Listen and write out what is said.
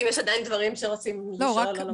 אם יש עדיין דברים שרוצים לשאול או לומר.